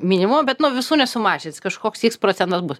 minimumo bet nu visų nesumažins kažkoks iks procentas bus